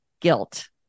guilt